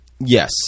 Yes